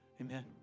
Amen